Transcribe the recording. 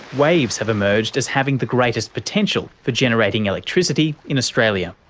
waves have emerged as having the greatest potential for generating electricity in australia.